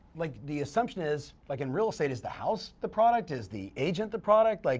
like the assumption is, like in real estate, is the house the product? is the agent the product? like